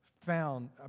found